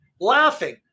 laughing